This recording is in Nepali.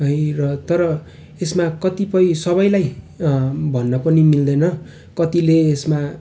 है र तर यसमा कतिपय सबैलाई अँ भन्न पनि मिल्दैन कतिले यसमा